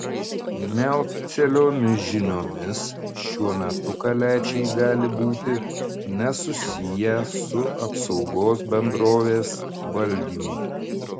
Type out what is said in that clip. neoficialiomis žiniomis šiuo metu kaliačiai gali būti nesusiję su apsaugos bendrovės valdymu